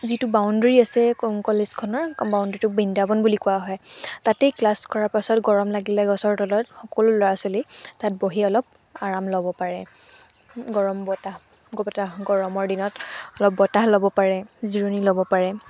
যিটো বাউণ্ডেৰী আছে কলেজখনৰ বাউণ্ডাৰীটোক বৃন্দাবন বুলি কোৱা হয় তাতেই ক্লাছ কৰাৰ পাছত গৰম লাগিলে গছৰ তলত সকলো ল'ৰা ছোৱালী তাত বহি অলপ আৰাম ল'ব পাৰে গৰম বতাহ বতাহ গৰমৰ দিনত অলপ বতাহ ল'ব পাৰে জিৰণি ল'ব পাৰে